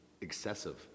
excessive